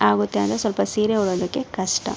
ಆಗುತ್ತೆ ಅಂದರೆ ಸ್ವಲ್ಪ ಸೀರೆ ಉಡೋದಕ್ಕೆ ಕಷ್ಟ